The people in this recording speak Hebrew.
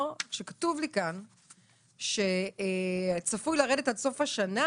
כשכתוב לי כאן שצפוי לרדת עד סוף השנה